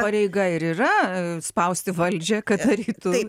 pareiga ir yra spausti valdžią kad darytų